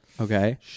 okay